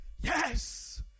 Yes